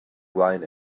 brian